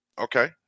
Okay